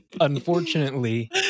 Unfortunately